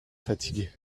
fatigué